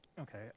Okay